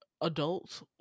adults